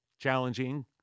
challenging